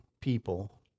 people